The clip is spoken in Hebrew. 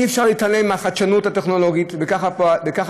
ושאי-אפשר להתעלם מהחדשנות הטכנולוגית וככה